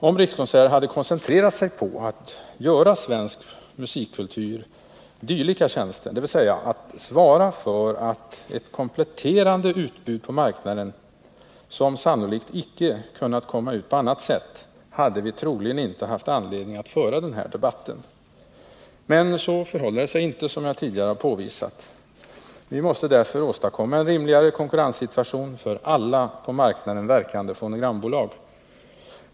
Om Rikskonserter hade koncentrerat sig på att göra svensk musikkultur dylika tjänster, dvs. att svara för ett kompletterande utbud på marknaden som sannolikt icke kunnat komma ut på annat sätt, hade vi troligen icke haft anledning att föra den här debatten. Men så förhåller det sig inte, som jag tidigare har påvisat. Vi måste åstadkomma en rimligare konkurrenssituation för alla på marknaden verkande fonogrambolag.